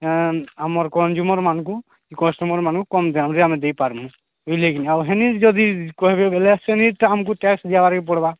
ଏ ଆମର କଞ୍ଜୁମର୍ମାନଙ୍କୁ କି କଷ୍ଟମର୍ମାନଙ୍କୁ କମ୍ ଦାମ୍ରେ ଦେଇପାର୍ମୁ ବୁଝିଲେକିିନି ଆଉ ହେନ ଯଦି କହିବେ ବଲେ ସେନିଜଟା ଆମକୁ ଟ୍ୟାକ୍ସ ଦେବାର୍କେ ପଡ଼୍ବା